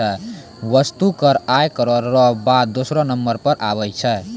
वस्तु कर आय करौ र बाद दूसरौ नंबर पर आबै छै